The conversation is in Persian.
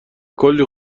کلی